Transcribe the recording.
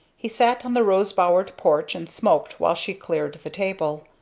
he sat on the rose-bowered porch and smoked while she cleared the table.